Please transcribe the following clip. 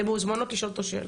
אתן מוזמנות לשאול אותו שאלות.